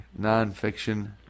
nonfiction